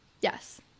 Yes